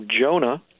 Jonah